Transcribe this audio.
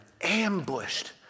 ambushed